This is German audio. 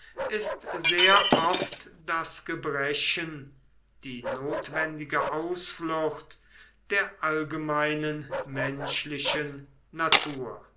ist sehr oft das gebrechen die notwendige ausflucht der allgemeinen menschlichen natur